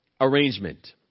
arrangement